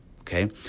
Okay